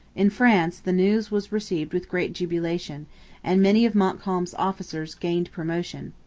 in france the news was received with great jubilation and many of montcalm's officers gained promotion.